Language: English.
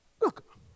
Look